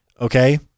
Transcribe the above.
Okay